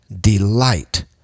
delight